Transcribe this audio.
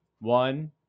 One